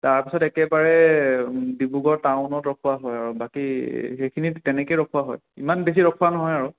তাৰ পিছত একেবাৰে ডিব্ৰুগড় টাউনত ৰখোৱা হয় আৰু বাকী সেইখিনি তেনেকে ৰখোৱা হয় ইমান বেছি ৰখোৱা নহয় আৰু